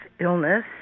illness